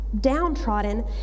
Downtrodden